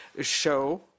show